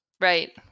right